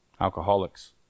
alcoholics